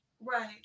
right